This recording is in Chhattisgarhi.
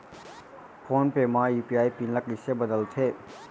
फोन पे म यू.पी.आई पिन ल कइसे बदलथे?